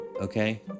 okay